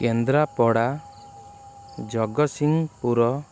Kendrapara Jagatsinghpur